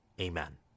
Amen